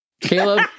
Caleb